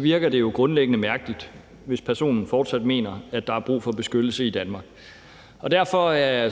virker det jo grundlæggende mærkeligt, hvis personen fortsat mener, at der er brug for beskyttelse i Danmark, og derfor er